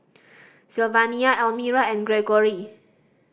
Sylvania Elmyra and Greggory